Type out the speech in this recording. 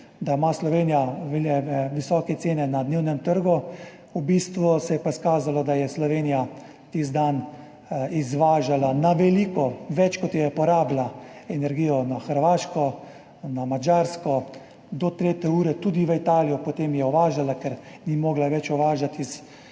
da ima Slovenija visoke cene na dnevnem trgu, v bistvu se je pa izkazalo, da je Slovenija tisti dan izvažala na veliko, več, kot je porabila, energijo na Hrvaško, na Madžarsko, do tretje ure tudi v Italijo, potem je uvažala, ker ni mogla več uvažati iz